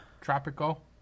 Tropical